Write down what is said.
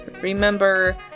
remember